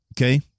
Okay